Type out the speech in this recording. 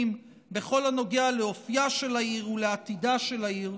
בכל הנוגע לאופייה של העיר ולעתידה של העיר,